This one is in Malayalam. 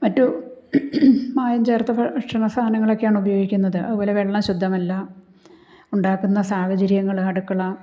മറ്റു മായം ചേർത്ത ഭക്ഷണസാധനങ്ങക്കെയാണ് ഉപയോഗിക്കുന്നത് അതുപോലെ വെള്ളം ശുദ്ധമല്ല ഉണ്ടാക്കുന്ന സാഹചര്യങ്ങൾ അടുക്കള